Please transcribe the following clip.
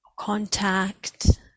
contact